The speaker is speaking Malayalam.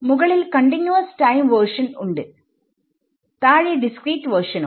മുകളിൽ കണ്ടിന്യൂഅസ് ടൈം വേർഷൻ ഉണ്ട് താഴെ ഡിസ്ക്രീറ്റ് വേർഷനും